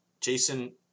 Jason